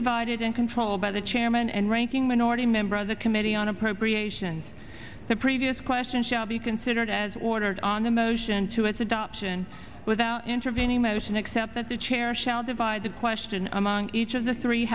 divided and controlled by the chairman and ranking minority member of the committee on appropriations the previous question shall be considered as ordered on a motion to its adoption without intervening motion except that the chair shall divide the question among each of the three